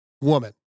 woman